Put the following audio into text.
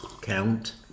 count